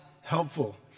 helpful